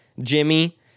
Jimmy